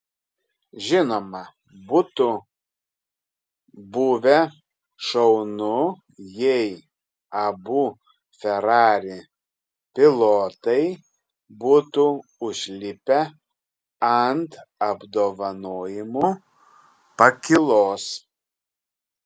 žinoma būtų buvę šaunu jei abu ferrari pilotai būtų užlipę ant apdovanojimų pakylos